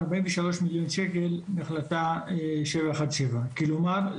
ארבעים ושלוש מיליון שקל מהחלטה 717. כלומר,